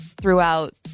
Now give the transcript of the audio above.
throughout